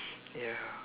ya